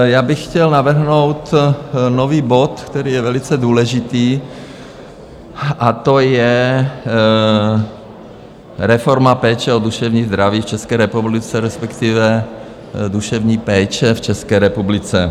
Já bych chtěl navrhnout nový bod, který je velice důležitý, a to je Reforma péče o duševní zdraví v České republice, respektive duševní péče v České republice.